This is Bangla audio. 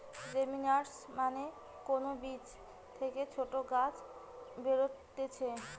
জেমিনাসন মানে কোন বীজ থেকে ছোট গাছ বেরুতিছে